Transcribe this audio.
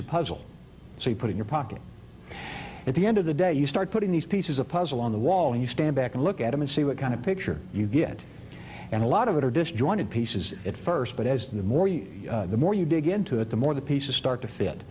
of puzzle so you put in your pocket at the end of the day you start putting these pieces of puzzle on the wall and you stand back and look at them and see what kind of picture you get and a lot of it are disjointed pieces at first but as the more you the more you dig into it the more the pieces start to fit